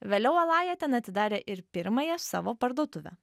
vėliau alaja ten atidarė ir pirmąją savo parduotuvę